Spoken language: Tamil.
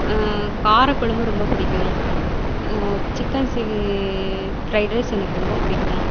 காரக்குழம்பு ரொம்ப பிடிக்கும் சிக்கன் ஃப்ரைட் ரைஸ் எனக்கு ரொம்ப பிடிக்கும்